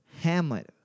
Hamlet